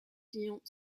client